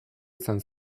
izan